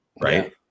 Right